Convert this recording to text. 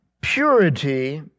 purity